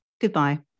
Goodbye